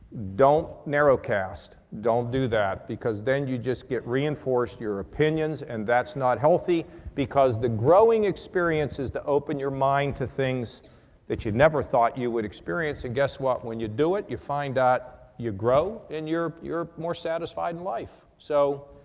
don't narrowcast. don't do that because then you just get reinforced your opinions and that's not healthy because the growing experience is to open your mind to things that you never thought you would experience and guess what? when you do it you find out you grow and you're, you're more satisfied in life. so,